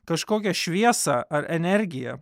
kažkokią šviesą ar energiją